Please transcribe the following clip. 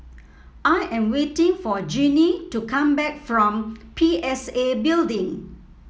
I am waiting for Genie to come back from P S A Building